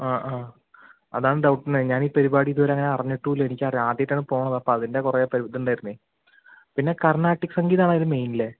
ആ ആ അതാണ് ഡൗട്ടെന്നെ ഞാനീ പരുപാടി ഇതുവരെ അങ്ങനെ അറിഞ്ഞിട്ടുല്ല എനിക്കറി അദ്യമായിട്ടാണ് പോണത് അപ്പ അതിൻ്റെ കുറേ ഇതുണ്ടാരുന്നേ പിന്നെ കർണാട്ടിക്ക് സംഗീതമാണ് ഇതിൽ മെയിനല്ലേ